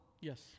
Yes